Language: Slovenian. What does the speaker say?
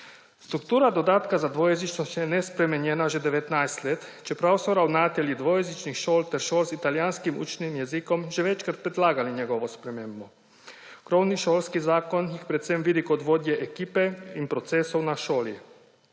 Struktura dodatka za dvojezičnost je nespremenjena že 19 let, čeprav so ravnatelji dvojezičnih šol ter šol z italijanskim učnim jezikom že večkrat predlagali njegovo spremembo. Krovni šolski zakon jih predvsem vidi kot vodje ekipe in procesov na šoli.